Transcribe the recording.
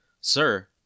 Sir